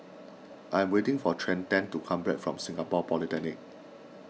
I am waiting for Trenten to come back from Singapore Polytechnic